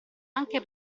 anche